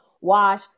wash